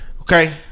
Okay